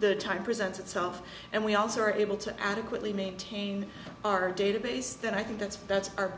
the time presents itself and we also are able to adequately maintain our database then i think that's that's